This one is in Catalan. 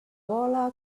vola